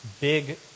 big